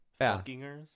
Fuckingers